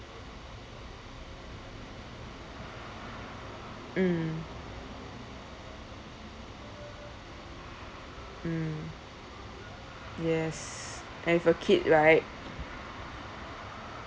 mm mm yes and for kid right